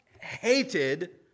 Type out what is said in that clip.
hated